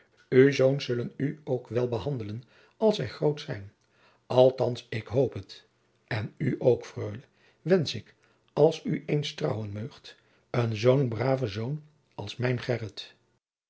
zoons zollen oe ook wel behandelen als zij groot zijn althands ik hoop het en oe ook freule wensch ik als oe eens trouwen meugt een zoon braôven zoon als mijn